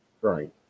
right